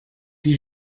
die